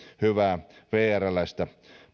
hyvää vrläistä